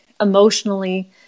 emotionally